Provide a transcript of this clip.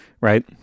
right